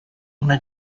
una